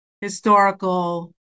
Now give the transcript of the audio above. historical